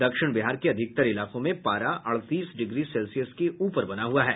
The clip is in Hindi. दक्षिण बिहार के अधिकतर इलाकों में पारा अड़तीस डिग्री सेल्सियस के ऊपर बना हुआ है